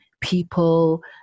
people